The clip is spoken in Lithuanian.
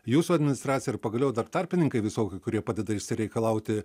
jūsų administracija ir pagaliau dar tarpininkai visoki kurie padeda išsireikalauti